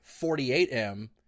48M